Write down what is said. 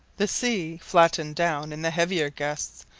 the sea, flattened down in the heavier gusts,